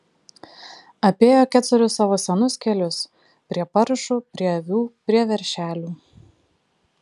apėjo kecorius savo senus kelius prie paršų prie avių prie veršelių